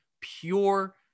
pure